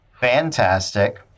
fantastic